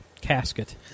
casket